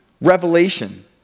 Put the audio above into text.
Revelation